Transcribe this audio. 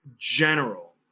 General